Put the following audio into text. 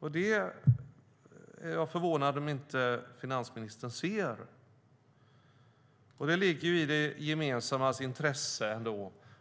Jag är förvånad om inte finansministern ser det. Det ligger i det gemensammas intresse